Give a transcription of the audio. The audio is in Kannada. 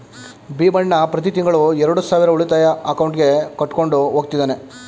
ಭೀಮಣ್ಣ ಪ್ರತಿ ತಿಂಗಳು ಎರಡು ಸಾವಿರ ಉಳಿತಾಯ ಅಕೌಂಟ್ಗೆ ಕಟ್ಕೊಂಡು ಹೋಗ್ತಿದ್ದಾನೆ